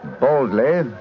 boldly